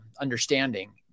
understanding